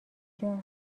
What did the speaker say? کجاست